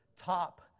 top